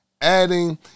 Adding